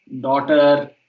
daughter